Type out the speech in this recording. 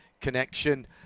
connection